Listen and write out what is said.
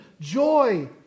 joy